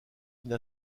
une